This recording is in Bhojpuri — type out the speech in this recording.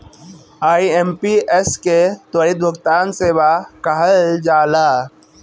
आई.एम.पी.एस के त्वरित भुगतान सेवा कहल जाला